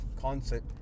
concert